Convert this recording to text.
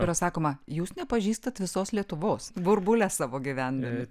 yra sakoma jūs nepažįstat visos lietuvos burbuole savo gyvendami